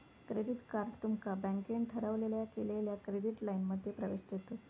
credit card तुमका बँकेन ठरवलेल्या केलेल्या क्रेडिट लाइनमध्ये प्रवेश देतत